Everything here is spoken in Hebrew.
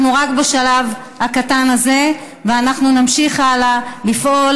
אנחנו רק בשלב הקטן הזה ואנחנו נמשיך הלאה לפעול